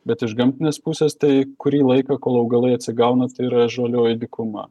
bet iš gamtinės pusės tai kurį laiką kol augalai atsigauna tai yra žalioji dykuma